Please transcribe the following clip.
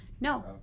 No